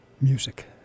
music